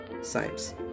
sites